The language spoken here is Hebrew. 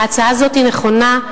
ההצעה הזאת היא נכונה.